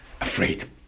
afraid